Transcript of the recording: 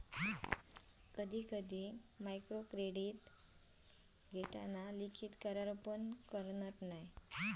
कधी कधी मायक्रोक्रेडीट घेताना लिखित करार पण करना नाय